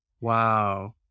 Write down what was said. Wow